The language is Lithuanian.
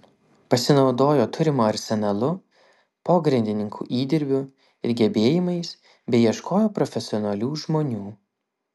pasinaudojo turimu arsenalu pogrindininkų įdirbiu ir gebėjimais bei ieškojo profesionalių žmonių